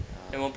ah